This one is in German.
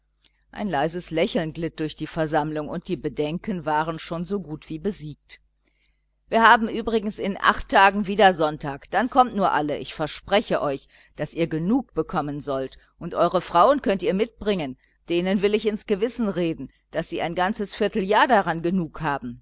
ein leises lächeln glitt durch die versammlung und die bedenken waren schon so gut wie besiegt wir haben übrigens in acht tagen wieder sonntag dann kommt nur alle ich verspreche euch daß ihr genug bekommen sollt und eure frauen könnt ihr mitbringen denen will ich ins gewissen reden daß sie ein ganzes vierteljahr daran genug haben